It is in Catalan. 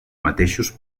mateixos